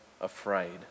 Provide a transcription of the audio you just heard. afraid